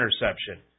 interception